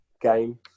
game